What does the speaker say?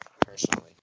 personally